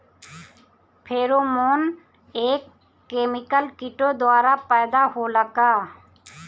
Pheromone एक chemical किटो द्वारा पैदा होला का?